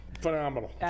Phenomenal